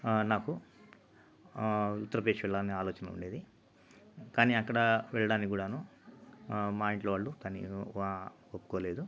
నాకు ఉత్తరప్రదేశ్ వెళ్ళాలని ఆలోచన ఉండేది కానీ అక్కడ వెళ్ళడానికి కూడాను మా ఇంట్లో వాళ్ళు దానీ వా ఒప్పుకోలేదు